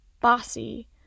bossy